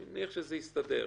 אני מניח שזה יסתדר.